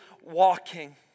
walking